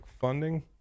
funding